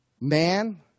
man